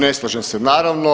Ne slažem se, naravno.